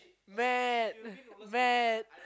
mad mad